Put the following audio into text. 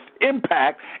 impact